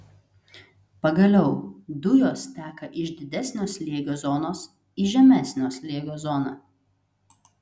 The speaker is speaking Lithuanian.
pagaliau dujos teka iš didesnio slėgio zonos į žemesnio slėgio zoną